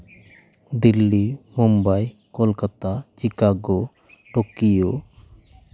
Delhi Mumbai Kolkata Chicago Tokyo